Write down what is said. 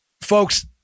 Folks